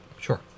Sure